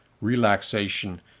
Relaxation